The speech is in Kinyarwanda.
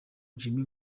jimmy